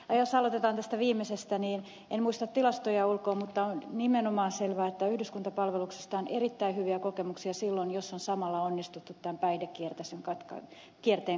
jos aloitetaan tästä viimeisestä niin en muista tilastoja ulkoa mutta on nimenomaan selvää että yhdyskuntapalveluksesta on erittäin hyviä kokemuksia silloin jos on samalla onnistuttu tämän päihdekierteen katkaisussa